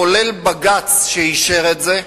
ובג"ץ אישר את זה,